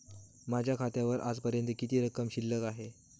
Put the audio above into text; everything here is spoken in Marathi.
माझ्या खात्यावर आजपर्यंत किती रक्कम शिल्लक आहे?